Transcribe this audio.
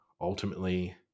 ultimately